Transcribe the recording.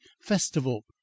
festival